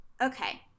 Okay